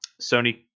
sony